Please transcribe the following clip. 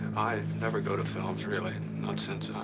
i never go to films, really, not since. i.